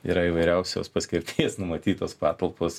yra įvairiausios paskirties numatytos patalpos